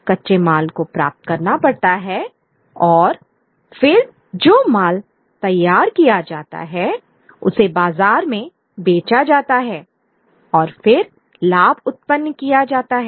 कच्चे माल को प्राप्त करना पड़ता है और फिर जो माल तैयार किया जाता है उसे बाजार में बेचा जाता है और फिर लाभ उत्पन्न किया जाता है